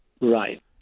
Right